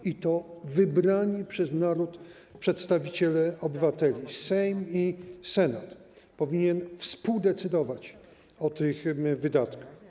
I to wybrani przez naród przedstawiciele obywateli, Sejm i Senat, powinni współdecydować o tych wydatkach.